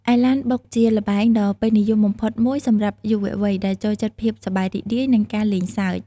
ឯឡានបុក ជាល្បែងដ៏ពេញនិយមបំផុតមួយសម្រាប់យុវវ័យ ដែលចូលចិត្តភាពសប្បាយរីករាយ និងការលេងសើច។